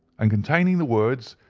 and containing the words,